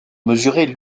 mesurer